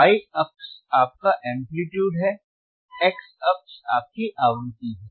Y अक्ष आपका amplitude है X अक्ष आपकी आवृत्ति है